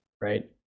Right